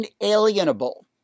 inalienable